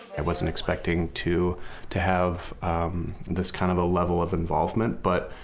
and wasn't expecting to to have this kind of level of involvement, but,